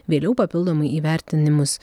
vėliau papildomai įvertinimus